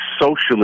socialist